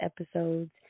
episodes